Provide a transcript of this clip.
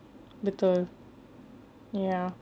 betul ya